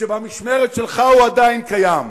שבמשמרת שלך הוא עדיין קיים.